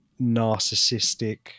narcissistic